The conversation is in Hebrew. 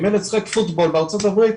אם ילד שיחק פוטבול בארצות הברית,